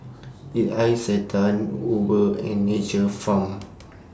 did Isetan Uber and Nature's Farm